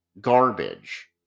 garbage